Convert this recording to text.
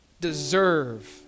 deserve